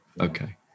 okay